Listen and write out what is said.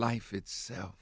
life itself